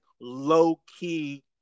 low-key